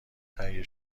تهیه